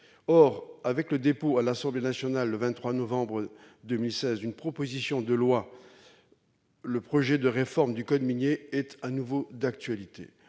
Or, avec le dépôt à l'Assemblée nationale, le 23 novembre 2016, d'une proposition de loi, le projet de réforme du code minier est, de nouveau, d'actualité.